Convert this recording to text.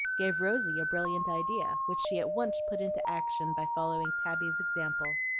gave rosy a brilliant idea, which she at once put into action by following tabby's example.